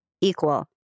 equal